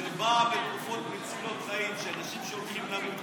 מע"מ בתרופות מצילות חיים לאנשים שהולכים למות,